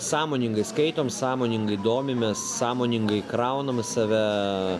sąmoningai skaitom sąmoningai domimės sąmoningai kraunam į save